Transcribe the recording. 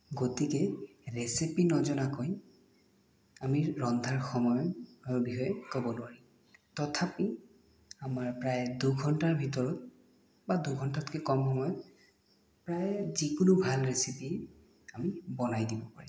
গতিকে ৰেচিপি নজনাকৈ আমি ৰন্ধাৰ সময়ৰ বিষয়ে ক'ব নোৱাৰিম তথাপি আমাৰ প্ৰায়ে দুঘণ্টাৰ ভিতৰত বা দুঘণ্টাতকৈ কম সময়ত প্ৰায় যিকোনো ভাল ৰেচিপি আমি বনাই দিব পাৰিম